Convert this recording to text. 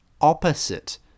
opposite